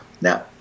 Now